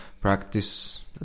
practice